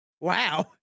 Wow